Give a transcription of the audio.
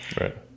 Right